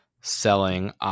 selling